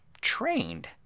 trained